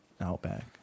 Outback